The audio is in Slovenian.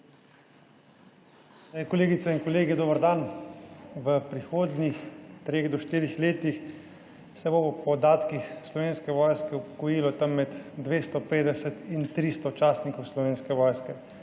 Kolegice in kolegi, dober dan. V prihodnjih treh do štirih letih se bo po podatkih Slovenske vojske upokojilo tam med 250 in 300 častnikov Slovenske vojske.